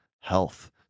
Health